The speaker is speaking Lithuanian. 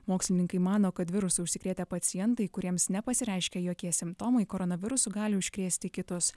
mokslininkai mano kad virusu užsikrėtę pacientai kuriems nepasireiškia jokie simptomai koronavirusu gali užkrėsti kitus